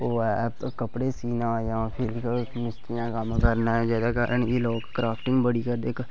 ओह् ऐ कपड़े सीना जां किश मुस्तियां करना जेह्दे कारण एह् लोग क्रॉफ्टिंग बड़ी करदे